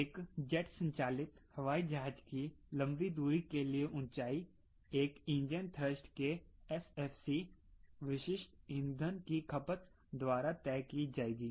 एक जेट संचालित हवाई जहाज की लंबी दूरी के लिए ऊंचाई एक इंजन थ्रस्ट के SFC विशिष्ट ईंधन की खपत द्वारा तय की जाएगी